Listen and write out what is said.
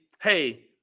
hey